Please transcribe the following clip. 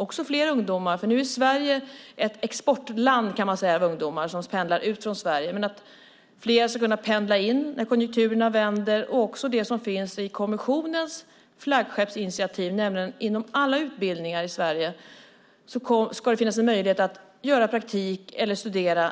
Nu är Sverige ett exportland, kan man säga, av ungdomar som pendlar ut från Sverige, men när konjunkturerna vänder ska fler kunna pendla in. Sedan har vi det som är kommissionens flaggskeppsinitiativ: Inom alla utbildningar i Sverige ska det finnas möjlighet att vid något tillfälle göra praktik eller studera